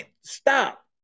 stop